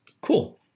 Cool